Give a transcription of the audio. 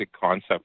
concept